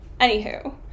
anywho